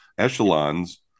echelons